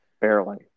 barely